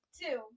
two